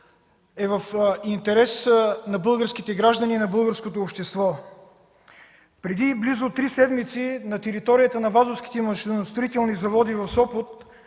е в интерес на българските граждани и на българското общество. Преди близо три седмици на територията на „Вазовските машиностроителни заводи” в Сопот,